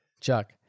Chuck